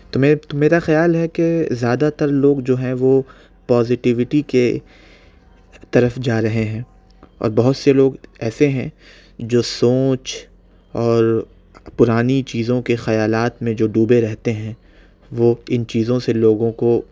تو میں میرا خیال ہے کہ زیادہ تر لوگ جو ہیں وہ پازیٹیویٹی کے طرف جا رہے ہیں اور بہت سے لوگ ایسے ہیں جو سوچ اور پرانی چیزوں کے خیالات میں جو ڈوبے رہتے ہیں وہ ان چیزوں سے لوگوں کو